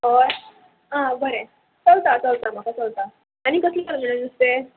हय आं बरें चलता चलता म्हाका चलता आनी कसलें आहा नुस्तें